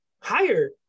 higher